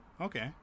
okay